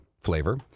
flavor